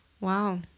Wow